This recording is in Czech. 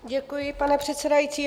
Děkuji, pane předsedající.